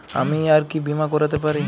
আমি আর কি বীমা করাতে পারি?